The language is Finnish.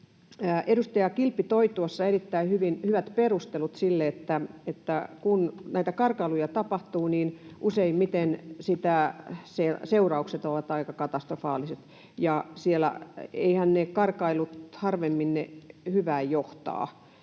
Edustaja Kilpi toi tuossa erittäin hyvät perustelut sille, että kun karkailuja tapahtuu, niin useimmiten seuraukset ovat aika katastrofaaliset ja harvemmin ne johtavat